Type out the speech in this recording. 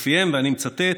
ולפיהם, ואני מצטט: